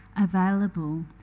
available